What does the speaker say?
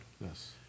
Yes